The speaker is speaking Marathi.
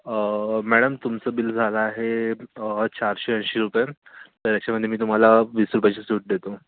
मॅडम तुमचं बिल झालं आहे चारशे ऐंशी रुपये तर याच्यामध्ये मी तुम्हाला वीस रुपयाची सूट देतो